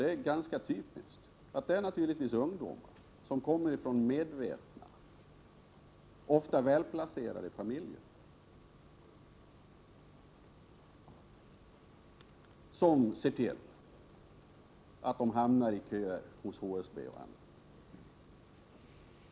Det är ganska typiskt att det är ungdomar från medvetna, ofta välplacerade familjer som ser till att de hamnar i köer hos HSB och andra bostadsföretag.